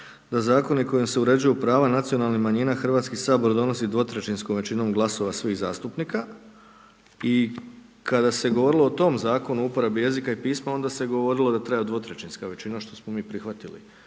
da zakoni kojim se uređuju prava nacionalnih manjina Hrvatski sabor donosi dvotrećinskom većinom glasova svih zastupnika i kada se govorilo o tom zakonu o uporabi jezika i pisma onda se govorilo da treba dvotrećinska većina što smo mi prihvatili,